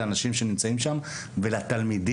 לאנשים שנמצאים שם ולתלמידים.